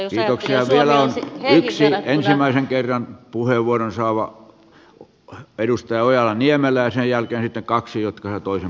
kiitoksia ja vielä on yksi ensimmäisen kerran puheenvuoron saava edustaja edustaja ojala niemelä ja sen jälkeen sitten kaksi jotka saavat toisen puheenvuoron